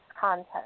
content